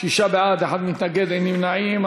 שישה בעד, אחד מתנגד, ואין נמנעים.